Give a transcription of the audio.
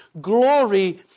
glory